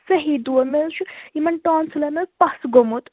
سہی دود مےٚ حظ چھُ یمن ٹانسٕلَن حظ پس گوٚمُت